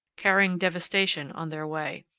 carrying devastation on their way.